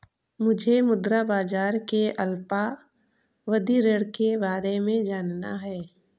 मुझे मुद्रा बाजार के अल्पावधि ऋण के बारे में जानना है